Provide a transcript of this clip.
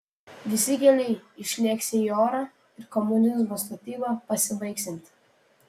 visi keliai išlėksią į orą ir komunizmo statyba pasibaigsianti